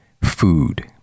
food